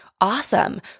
Awesome